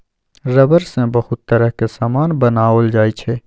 rubber सँ बहुत तरहक समान बनाओल जाइ छै